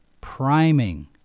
priming